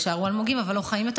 יישארו אלמוגים אבל לא חיים יותר.